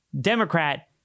Democrat